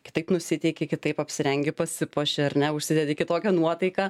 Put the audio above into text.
kitaip nusiteiki kitaip apsirengi pasipuoši ar ne užsidedi kitokią nuotaiką